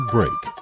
Break